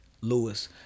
Lewis